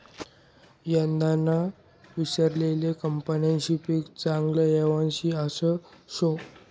यंदाना वरीसले कपाशीनं पीक चांगलं येवानी आशा शे